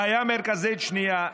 בעיה מרכזית שנייה,